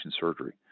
surgery